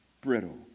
brittle